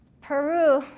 Peru